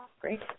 great